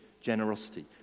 generosity